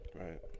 right